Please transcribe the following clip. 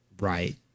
right